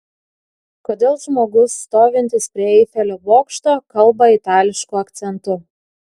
kodėl žmogus stovintis prie eifelio bokšto kalba itališku akcentu